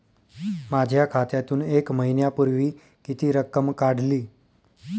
माझ्या खात्यातून एक महिन्यापूर्वी किती रक्कम काढली?